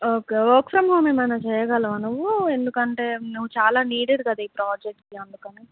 okay work from home ఏమైనా చేయగలవా నువ్వు ఎందుకంటే నువ్వు చాలా నీడేడ్ కదా ఈ ప్రాజెక్ట్కి అందుకని